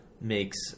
makes